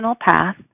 path